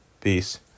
Peace